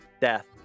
death